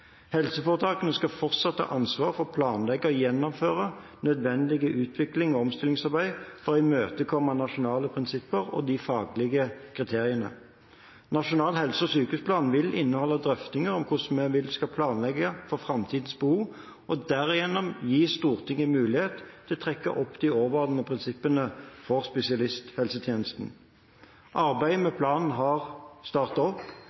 Helseforetakene skal fortsatt ha ansvar for å planlegge og gjennomføre nødvendig utviklings- og omstillingsarbeid for å imøtekomme nasjonale prinsipper og de faglige kriteriene. Nasjonal helse- og sykehusplan vil inneholde drøftinger av hvordan vi vil de skal planlegge for framtidens behov, og derigjennom gi Stortinget mulighet til å trekke opp de overordnete prinsippene for spesialisthelsetjenesten. Arbeidet med planen har startet opp,